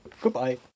Goodbye